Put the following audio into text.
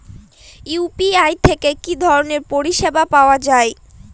UPI থেকে কি ধরণের পরিষেবা পাওয়া য়ায়?